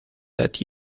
that